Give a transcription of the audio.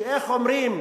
איך אומרים,